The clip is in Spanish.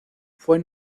fue